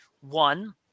one